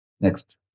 Next